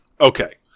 Okay